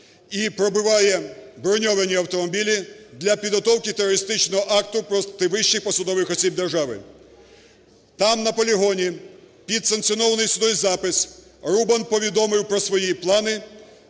і пробиває броньовані автомобілі для підготовки терористичного акту проти вищих посадових осіб держави. Там на полігоні під санкціонований судом запис Рубан повідомив про свої плани,